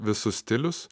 visus stilius